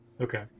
Okay